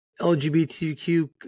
LGBTQ